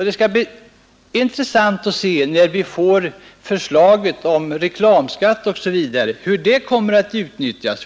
Det skall bli intressant att se vad den föreslagna reklamskatten m.m. i det avseendet kan innebära.